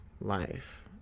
life